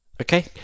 Okay